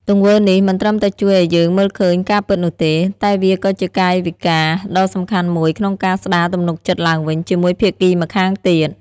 ទង្វើនេះមិនត្រឹមតែជួយឱ្យយើងមើលឃើញការពិតនោះទេ តែវាក៏ជាកាយវិការដ៏សំខាន់មួយក្នុងការស្ដារទំនុកចិត្តឡើងវិញជាមួយភាគីម្ខាងទៀត។